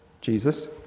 Jesus